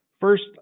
First